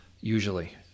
usually